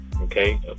Okay